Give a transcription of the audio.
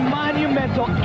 monumental